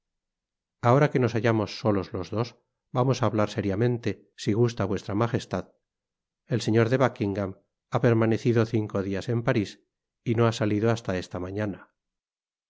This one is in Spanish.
ahora que nos hallamos solos los dos vamos á hablar sériamente si gusta v m el señor de buckingam ha permanecido cinco dias en paris y no ha salido hasta esta mañana